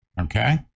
okay